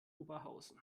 oberhausen